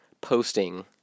posting